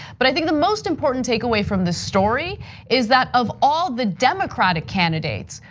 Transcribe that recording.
but i think the most important take away from the story is that, of all the democratic candidates.